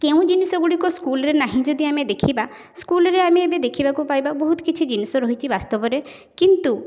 କେଉଁ ଜିନିଷଗୁଡ଼ିକ ସ୍କୁଲରେ ନାହିଁ ଯଦି ଦେଖିବା ସ୍କୁଲରେ ଆମେ ଏବେ ଦେଖିବାକୁ ପାଇବା ବହୁତ କିଛି ଜିନିଷ ରହିଛି ବାସ୍ତବରେ କିନ୍ତୁ